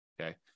Okay